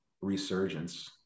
resurgence